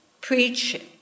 preach